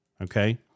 Okay